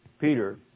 Peter